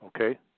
Okay